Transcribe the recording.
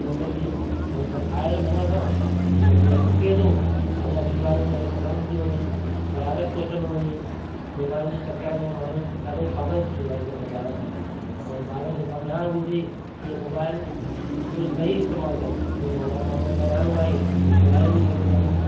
मोटो थी ऐं न खाए थो ढंग सां ऐं न डुके थो अञा बीमारियूं उनखे पकड़ंदियूं थियूं वञनि वाइरस थो अचंदो वञे मोबाइल जे चक्कर में माण्हू ॾाढो पागल थी वियो आहे हिक प्रकार सां सम्झी हल ऐं ॿारनि खे सम्झाइण घुरिजे कि हू मोबाइल जो सही इस्तेमालु कयूं जीअं मोबाइल माण्हूअ खे ॻाल्हाइणो आहे ओतिरो ॻाल्हाए ई सघे माण्हू